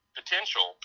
potential